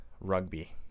rugby